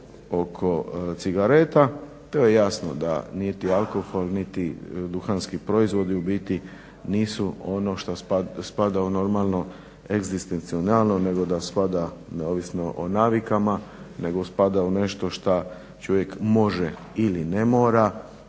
oko cigareta, to je jasno da niti alkohol niti duhanski proizvodi u biti ono što spada u normalno egzistencionalno nego da spada ovisno o navikama nego spada u nešto što čovjek može ili ne mora.